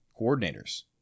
coordinators